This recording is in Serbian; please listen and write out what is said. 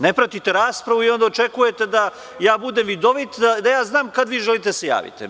Ne pratite raspravu i onda očekujete da ja budem vidovit, da ja znam kad vi želite da se javite.